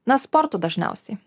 na sportu dažniausiai